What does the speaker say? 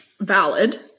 Valid